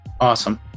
Awesome